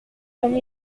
comme